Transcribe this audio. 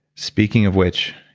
speaking of which,